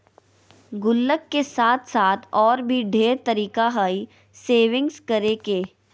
गुल्लक के साथ साथ और भी ढेर तरीका हइ सेविंग्स करे के